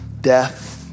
death